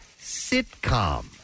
sitcom